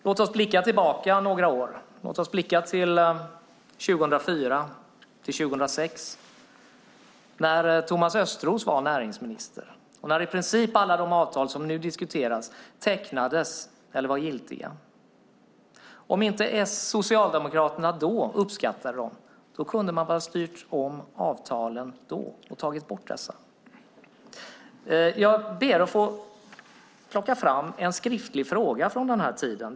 Låt oss blicka tillbaka till tiden 2004-2006 när Thomas Östros var näringsminister och i princip alla de avtal som nu diskuteras tecknades eller var giltiga. Om Socialdemokraterna inte uppskattade dem då kunde man väl ha styrt om avtalen och tagit bort dem. Jag ber att få plocka fram en skriftlig fråga från den här tiden.